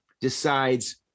decides